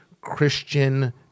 Christian